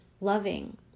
loving